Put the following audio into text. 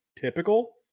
typical